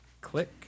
Click